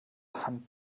hand